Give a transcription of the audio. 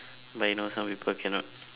but you know some people cannot